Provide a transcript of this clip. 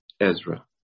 Ezra